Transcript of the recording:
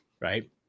right